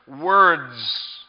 Words